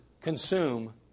consume